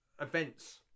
events